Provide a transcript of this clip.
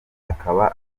akaba